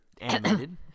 animated